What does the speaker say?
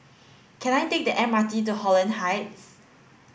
can I take the M R T to Holland Heights